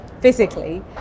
physically